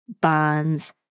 bonds